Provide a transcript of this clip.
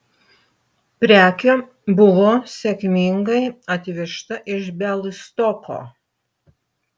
prekė buvo sėkmingai atvežta iš bialystoko